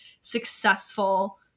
successful